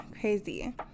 Crazy